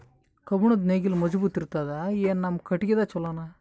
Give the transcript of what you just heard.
ಕಬ್ಬುಣದ್ ನೇಗಿಲ್ ಮಜಬೂತ ಇರತದಾ, ಏನ ನಮ್ಮ ಕಟಗಿದೇ ಚಲೋನಾ?